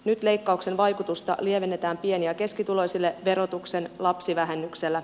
nyt leikkauksen vaikutusta lievennetään pieni ja keskituloisille verotuksen lapsivähennyksellä